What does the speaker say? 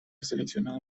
seleccionado